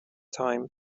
time